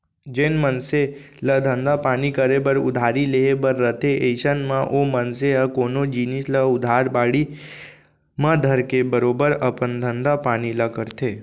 जेन मनसे ल धंधा पानी करे बर उधारी लेहे बर रथे अइसन म ओ मनसे ह कोनो जिनिस ल उधार बाड़ी म धरके बरोबर अपन धंधा पानी ल करथे